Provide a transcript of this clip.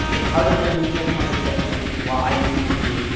it's harder than using the chrome extensions, which is what i usually do.